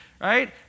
right